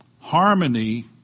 Harmony